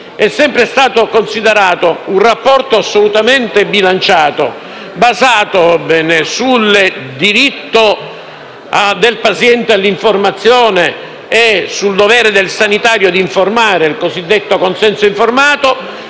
è sempre stato considerato un rapporto assolutamente bilanciato, basato sul diritto del paziente all'informazione e sul dovere del sanitario di informare (il cosiddetto consenso informato),